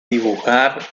dibujar